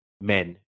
men